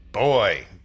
Boy